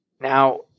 Now